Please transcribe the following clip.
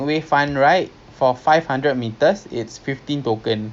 ya more better than one hour jer